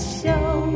show